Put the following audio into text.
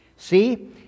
See